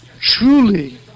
truly